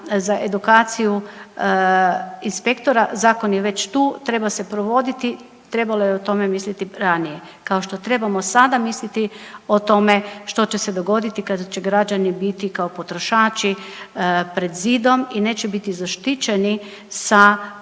za edukaciju inspektora. Zakon je već tu, treba se provoditi trebalo je o tome misliti ranije kao što trebamo sada misliti o tome što će se dogoditi kada će građani biti kao potrošači pred zidom i neće biti zaštićeni sa visokim